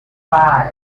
five